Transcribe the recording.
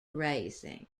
grazing